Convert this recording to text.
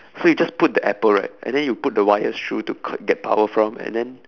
so you just put the apple right and then you put the wires through to c~ get power from and then